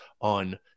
on